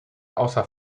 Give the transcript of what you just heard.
außer